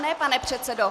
Ne, pane předsedo!